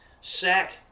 sack